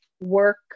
work